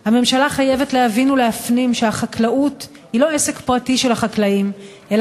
שהממשלה תבין שהחקלאות איננה תחביב של משוגעים לדבר